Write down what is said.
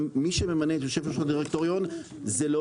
מי שממנה את יושב-ראש הדירקטוריון זה לא